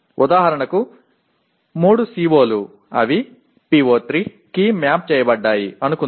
எடுத்துக்காட்டாக 3 CO கள் உள்ளன அவற்றை PO3 என்று சொல்லலாம்